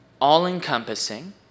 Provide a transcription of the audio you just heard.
all-encompassing